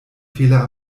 fehler